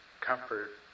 comfort